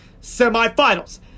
semifinals